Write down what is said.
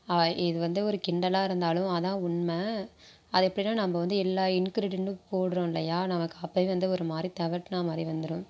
இது வந்து ஒரு கிண்டலா இருந்தாலும் அதுதான் உண்மை அது எப்படினா நாம் வந்து எல்லா இன்க்ரீடியன்ட்டும் போடுறோம் இல்லையா நமக்கு அப்போவே வந்து ஒரு மாதிரி தெகட்னா மாதிரி வந்துரும்